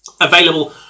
available